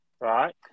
right